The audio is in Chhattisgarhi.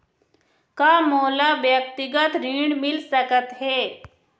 का मोला व्यक्तिगत ऋण मिल सकत हे?